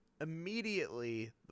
immediately